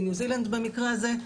מניו זילנד במקרה הזה,